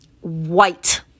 white